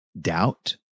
doubt